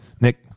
Nick